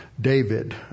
David